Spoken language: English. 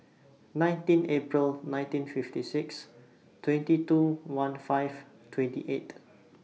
nineteen April nineteen fifty six twenty two one five twenty eight